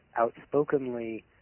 outspokenly